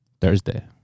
Thursday